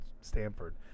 Stanford